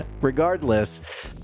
Regardless